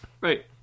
Right